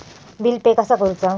Bill pay कसा करुचा?